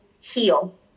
heal